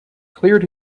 cleared